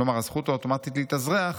כלומר הזכות האוטומטית להתאזרח,